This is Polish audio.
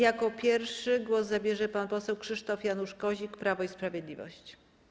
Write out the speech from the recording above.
Jako pierwszy głos zabierze pan poseł Krzysztof Janusz Kozik, Prawo i Sprawiedliwość.